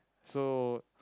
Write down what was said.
so